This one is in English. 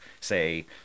say